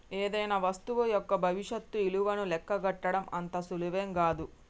ఏదైనా వస్తువు యొక్క భవిష్యత్తు ఇలువను లెక్కగట్టడం అంత సులువేం గాదు